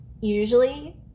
Usually